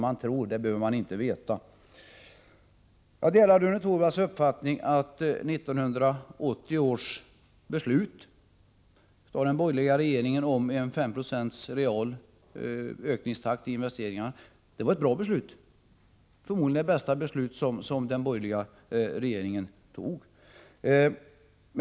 Jag delar Rune Torwalds uppfattning att den borgerliga regeringens beslut 1980 om en ökningstakt på 5 90 i investeringarna var ett bra beslut — förmodligen det bästa beslut som den borgerliga regeringen fattade.